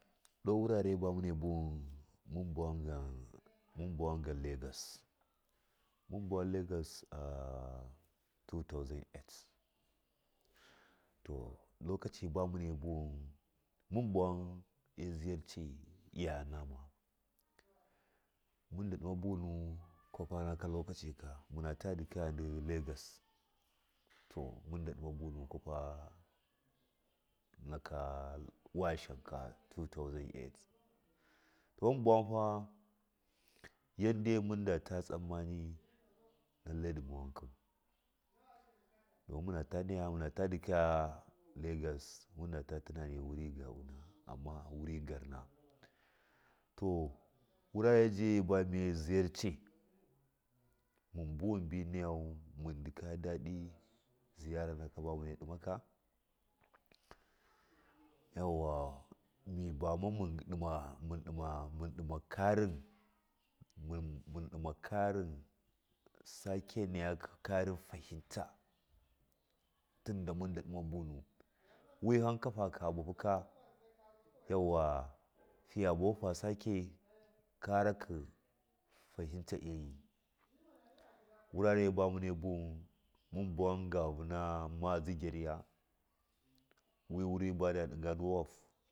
Do wurare ba munne buwun mun bawonga lagos mun bawun lagos a tuutauzan ati to lokaci bumu ne buhun a ziyace tii gaga nama mun daɗima bunu kwaafa naka lokaci muna ta ndikandɨ lagos mun to dobima bunu kafa naka washasha tuutauzan ati to mun bawanfa yaddai munda ta tsa tsommani lailai ndɨ ma wankau don muna tanya munta ndikayau lagos wuri gaɓuna amma wuri garna to wurare bu mune ziyarce mun buwan mun bii nayau mun ndikaga dadi ziyara ba mune ɗimaka yauwa mɨ bama munbi ɗima ɗima mun ɗima karin munɗima sakewikɨ karin fahinta wihanka faka buhu ka yauwa fiya bahu fabi sake fahinta ayi wurara bu mune buwun mun bowan ga a vuna mdzi gyaga wɨ wuri bada ɗigadu woup.